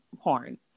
porn